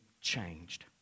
changed